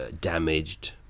damaged